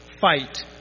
Fight